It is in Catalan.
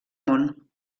món